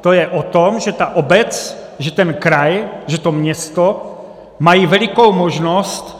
To je o tom, že ta obec, že ten kraj, že to město mají velikou možnost